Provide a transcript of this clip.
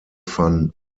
van